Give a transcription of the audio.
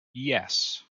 yes